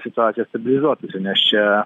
situacija stabilizuotųsi nes čia